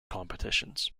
competitions